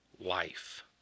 life